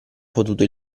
potuto